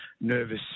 nervous